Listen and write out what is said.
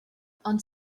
ond